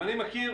אני מכיר